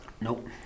nope